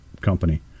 company